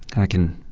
and i can,